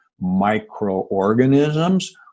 microorganisms